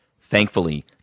Thankfully